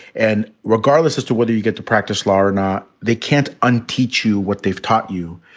and regardless as to whether you get to practice law or not, they can't unteach you what they've taught you.